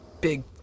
Big